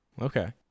okay